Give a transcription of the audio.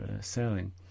selling